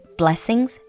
blessings